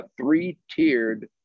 three-tiered